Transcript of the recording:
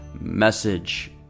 message